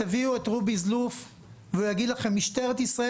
תביאו את רובי זלוף והוא יגיד לכם: משטרת ישראל